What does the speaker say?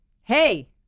Hey